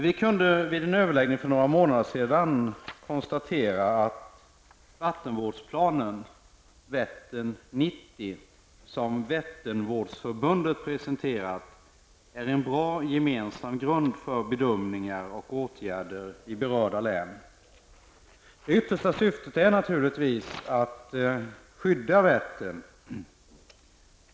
Vi kunde vid en överläggning för några månader sedan konstatera att vattenvårdsplanen Vättern 90, som Vätternvårdsförbundet presenterat, är en bra gemensam grund för bedömningar och åtgärder i berörda län. Det yttersta syftet är naturligtvis att skydda Vättern.